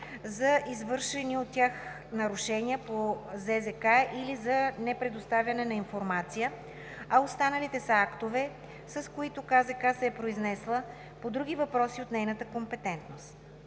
за извършени от тях нарушение по ЗЗК или за непредоставяне на информация, а останалите са актовете, с които КЗК се е произнесла по други въпроси от нейната компетентност.